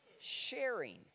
Sharing